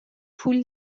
پول